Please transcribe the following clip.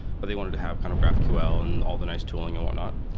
but they wanted to have kind of graphql and all the nice tooling and whatnot.